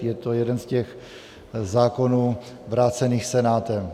Je to jeden z těch zákonů vrácených Senátem.